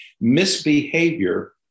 misbehavior